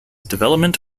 development